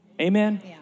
Amen